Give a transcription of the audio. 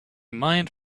mind